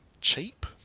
cheap